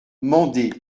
mende